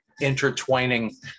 intertwining